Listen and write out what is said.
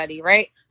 right